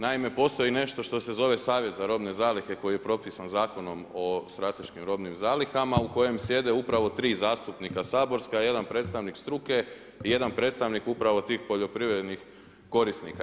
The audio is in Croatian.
Naime, postoji nešto što se zove Savjet za robne zalihe koji je propisan Zakonom o strateškim robnim zalihama u kojem sjede upravo tri zastupnika saborska, jedan predstavnik struke i jedan predstavnik upravo tih poljoprivrednih korisnika.